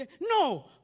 No